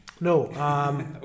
No